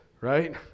right